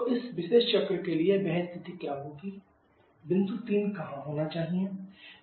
तो इस विशेष चक्र के लिए वह स्थिति क्या होगी बिंदु 3 कहां होना चाहिए